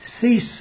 cease